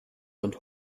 sind